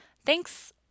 Thanks